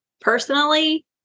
Personally